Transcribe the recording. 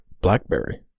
Blackberry